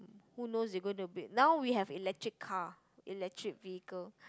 who know you gonna to be now we have electric car electric vehicle